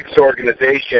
organization